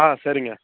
ஆ சரிங்க